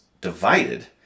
divided